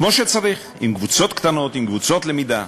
כמו שצריך, עם קבוצות קטנות, עם קבוצות למידה.